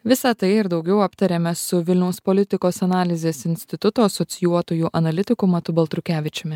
visa tai ir daugiau aptarėme su vilniaus politikos analizės instituto asocijuotuoju analitiku matu baltrukevičiumi